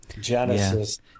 Genesis